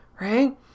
right